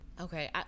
okay